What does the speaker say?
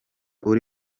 uri